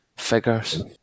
figures